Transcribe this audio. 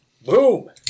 Boom